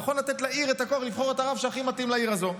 נכון לתת לעיר את הכוח לבחור את הרב שהכי מתאים לעיר הזו.